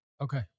Okay